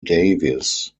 davis